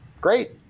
Great